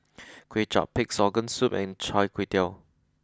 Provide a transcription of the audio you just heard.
Kway Chap Pig'S organ soup and Chai Tow Kuay